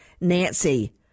nancy